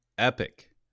Epic